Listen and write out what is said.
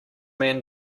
man